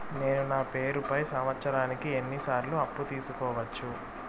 నేను నా పేరుపై సంవత్సరానికి ఎన్ని సార్లు అప్పు తీసుకోవచ్చు?